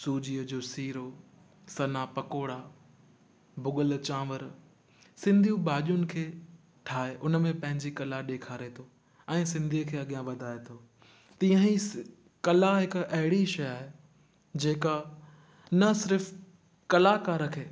सूजीअ जो सीरो सना पकोड़ा भुॻल चांवरु सिंधियुनि भाॼियुनि खे ठाहे हुन में पंहिंजी कला ॾेखारे थो ऐं सिंधीअ खे अॻियां वधाए थो तीअं ई कला हिकु अहिड़ी शइ आहे जे का न सिर्फ़ु कलाकार खे